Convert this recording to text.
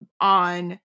on